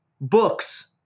books